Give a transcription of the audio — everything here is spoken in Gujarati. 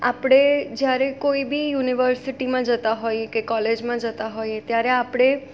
આપણે જ્યારે કોઇ બી યુનિવર્સિટીમાં જતા હોઇએ કે કોલેજમાં જતા હોઇએ ત્યારે આપણે